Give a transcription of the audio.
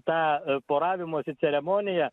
tą poravimosi ceremoniją